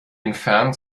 entfernung